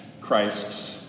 Christ's